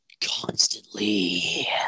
Constantly